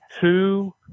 Two